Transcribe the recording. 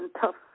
tough